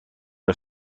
are